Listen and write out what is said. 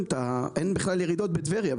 אין בכלל ירידות בטבריה,